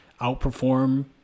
outperform